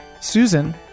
Susan